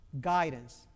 guidance